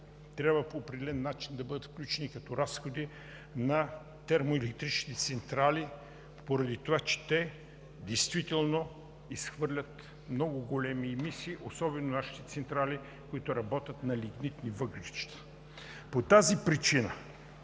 трябва по определен начин да бъдат включени като разходи на термоелектричните централи, поради това че те действително изхвърлят много големи емисии, особено нашите централи, които работят на лигнитни въглища. По тази причина